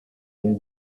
been